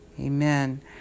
amen